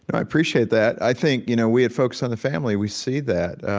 and i appreciate that. i think, you know, we at focus on the family, we see that.